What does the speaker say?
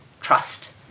trust